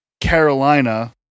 Carolina